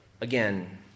Again